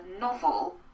novel